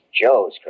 Joe's